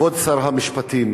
כבוד שר המשפטים,